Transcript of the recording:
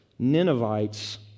Ninevites